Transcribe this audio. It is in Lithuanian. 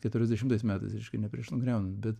keturiasdešimtais metais reiškia ne prieš nugriaunant bet